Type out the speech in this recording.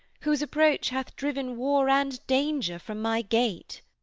whose approach hath driven war and danger from my gate.